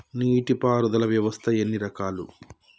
నీటి పారుదల వ్యవస్థ ఎన్ని రకాలు?